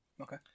Okay